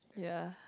ya